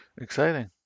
Exciting